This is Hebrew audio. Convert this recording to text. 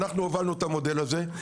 אנחנו הובלנו את המודל הזה.